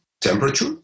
temperature